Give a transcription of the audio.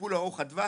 טיפול ארוך הטווח.